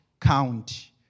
count